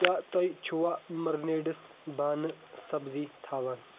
کیٛاہ تُہۍ چھوا مٔرنیڈَس بانہٕ، سَبزِیہِ تھاوان؟